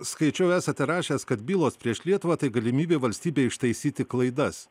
skaičiau esate rašęs kad bylos prieš lietuvą tai galimybė valstybei ištaisyti klaidas